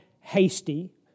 hasty